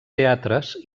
teatres